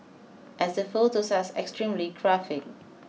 as the photos are extremely graphic